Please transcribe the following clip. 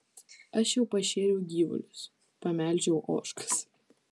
aš jau pašėriau gyvulius pamelžiau ožkas